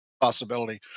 possibility